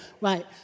Right